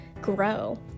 grow